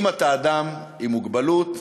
אם אתה אדם עם מוגבלות,